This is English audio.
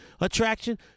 attraction